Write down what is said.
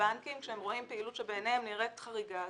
כשהבנקים רואים פעילות שבעיניהם נראית חריגה,